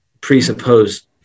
presupposed